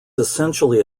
essentially